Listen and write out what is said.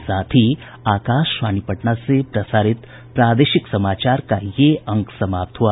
इसके साथ ही आकाशवाणी पटना से प्रसारित प्रादेशिक समाचार का ये अंक समाप्त हुआ